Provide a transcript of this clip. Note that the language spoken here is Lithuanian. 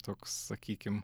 toks sakykim